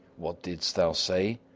what didst thou say?